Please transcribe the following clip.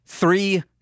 Three